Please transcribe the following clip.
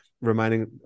reminding